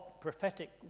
prophetic